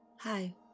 Hi